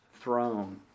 throne